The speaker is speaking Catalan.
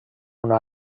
una